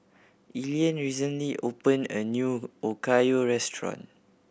Elian recently opened a new Okayu Restaurant